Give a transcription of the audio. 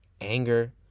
anger